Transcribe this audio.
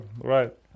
right